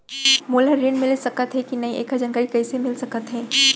मोला ऋण मिलिस सकत हे कि नई एखर जानकारी कइसे मिलिस सकत हे?